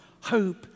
hope